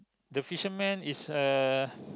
the fisherman is uh